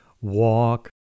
walk